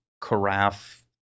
carafe